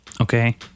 Okay